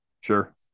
sure